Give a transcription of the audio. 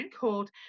called